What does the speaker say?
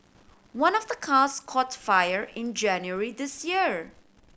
one of the cars caught fire in January this year